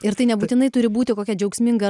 ir tai nebūtinai turi būti kokia džiaugsminga